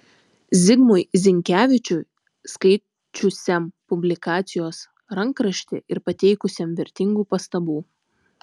zigmui zinkevičiui skaičiusiam publikacijos rankraštį ir pateikusiam vertingų pastabų